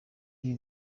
ibi